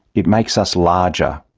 it makes us larger.